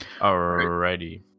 Alrighty